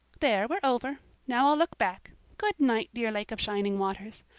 there we're over. now i'll look back. good night, dear lake of shining waters.